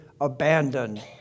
abandoned